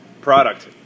product